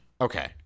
Okay